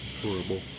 Horrible